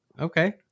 Okay